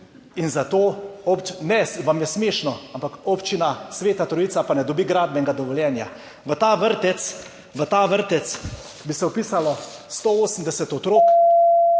v dvorani/ Vam je smešno, ampak Občina Sveta Trojica pa ne dobi gradbenega dovoljenja. V ta vrtec bi se vpisalo 180 otrok.